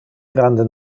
grande